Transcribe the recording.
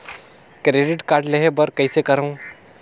Credit card लेहे बर कइसे करव?